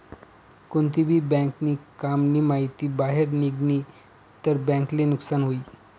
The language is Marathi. कोणती भी बँक नी काम नी माहिती बाहेर निगनी तर बँक ले नुकसान हुई